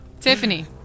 Tiffany